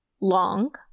long